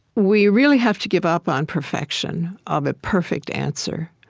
we really have to give up on perfection, of a perfect answer.